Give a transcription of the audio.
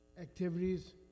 activities